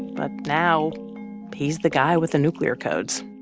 but now he's the guy with the nuclear codes.